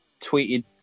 tweeted